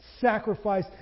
sacrifice